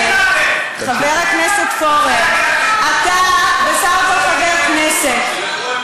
חבר הכנסת פורר, אתה בסך הכול חבר כנסת.